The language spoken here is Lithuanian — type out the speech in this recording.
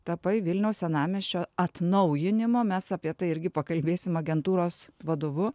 tapai vilniaus senamiesčio atnaujinimo mes apie tai irgi pakalbėsim agentūros vadovu